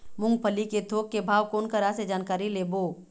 मूंगफली के थोक के भाव कोन करा से जानकारी लेबो?